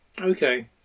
Okay